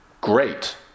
great